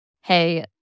hey